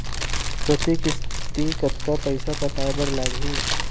प्रति किस्ती कतका पइसा पटाये बर लागही?